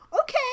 Okay